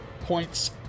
points